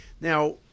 Now